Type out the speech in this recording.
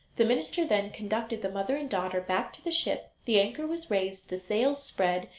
the minister then conducted the mother and daughter back to the ship the anchor was raised, the sails spread,